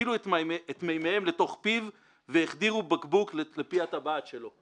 הטילו את מימיהם לתוך פיו והחדירו בקבוק לתוך פי הטבעת שלו."